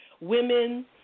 women